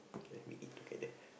then we eat together